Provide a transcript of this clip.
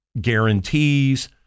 guarantees